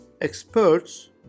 experts